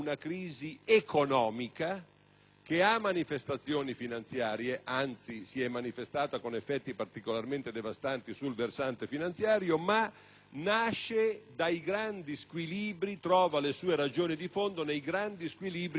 che ha manifestazioni finanziarie; anzi, si è manifestata con effetti particolarmente devastanti sul versante finanziario, ma trova le sue ragioni di fondo nei grandi squilibri dell'economia globale.